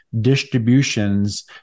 distributions